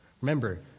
Remember